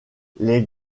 les